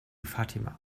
fatima